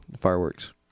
fireworks